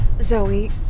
Zoe